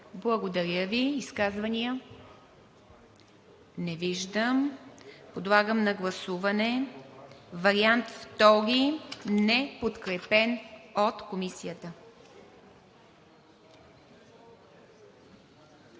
Благодаря Ви. Изказвания? Не виждам. Подлагам на гласуване вариант I за § 24, неподкрепен от Комисията.